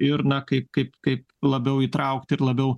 ir na kaip kaip kaip labiau įtraukti ir labiau